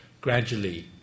gradually